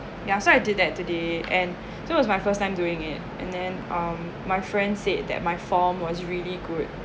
ya so I did that today and so it was my first time doing it and then um my friend said that my forearm was really good